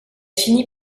finit